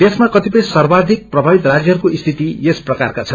देशमा क्रतिपय सर्वाधिक प्रभावित राज्यहरूको स्थिति यस प्रकारका छन्